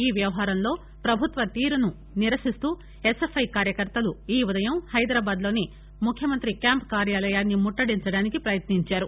ఈ వ్యవహారంలో ప్రభుత్వ తీరును నిరసిస్తూ ఎస్ఎఫ్ఐ కార్యకర్తలు ఈ ఉదయం హైదరాబాద్లోని ముఖ్యమంత్రి క్యాంపు కార్యాలయాన్ని ముట్లడించేందుకు పయత్నించారు